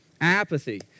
apathy